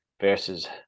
versus